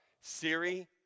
Siri